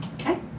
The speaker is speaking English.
Okay